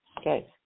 okay